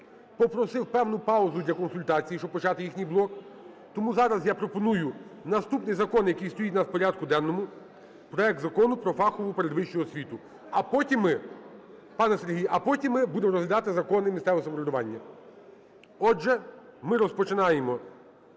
попросив певну паузу для консультацій, щоб почати їхній блок. Тому зараз я пропоную наступний закон, який стоїть в нас в порядку денному: проект Закону про фахову передвищу освіту. А потім ми, пане Сергій, а потім ми будемо розглядати закони місцевого самоврядування. Отже, ми розпочинаємо